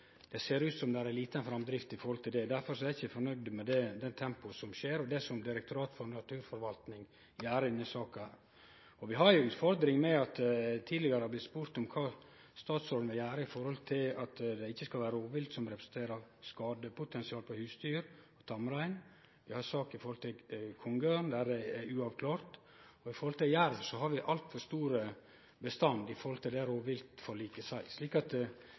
det ut som om det er lita framdrift. Derfor er eg ikkje fornøgd med det tempoet som er, og med det som Direktoratet for naturforvaltning gjer i denne saka. Vi har ei utfordring med det som det tidlegare er blitt spurt om: kva statsråden vil gjere med omsyn til at det ikkje skal vere rovvilt som representerer skadepotensial for husdyr og tamrein. Vi har ei sak når det gjeld kongeørn; der er det uavklart. Når det gjeld jerv, har vi ein altfor stor bestand i forhold til det